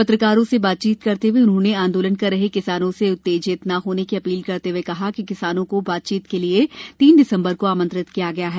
पत्रकारों से बातचीत करते हुए उन्होंने आंदोलन कर रहे किसानों से उत्तेजित न होने की अपील करते हुए कहा कि किसानों को बातचीत के लिए तीन दिसम्बर को आमंत्रित किया है